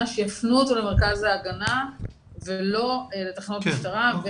שיפנו אותו למרכז ההגנה ולא לתחנות משטרה.